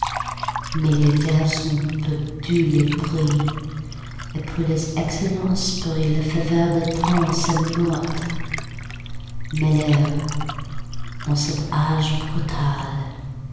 mais les vers ont perdu leur prix et pour les excellents esprits la faveur des princes est morte malherbe en cet âge brutal